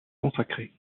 consacré